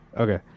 Okay